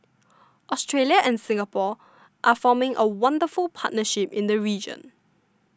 Australia and Singapore are forming a wonderful partnership in the region